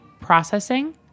processing